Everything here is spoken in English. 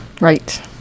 Right